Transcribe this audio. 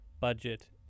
budget